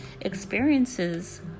experiences